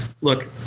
look